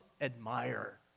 admire